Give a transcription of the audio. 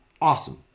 awesome